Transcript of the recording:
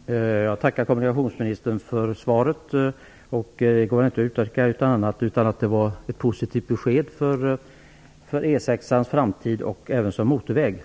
Herr talman! Jag tackar kommunikationsministern för svaret. Det går inte att uttolka på annat sätt än att det var ett positivt besked för E 6:s framtid även som motorväg.